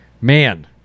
Man